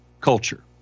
culture